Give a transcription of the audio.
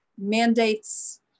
mandates